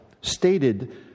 stated